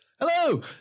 Hello